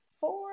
four